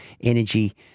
energy